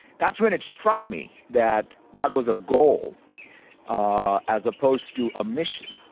that's when it struck me that that was a goal ah as opposed to a mission.